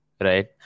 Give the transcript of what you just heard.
right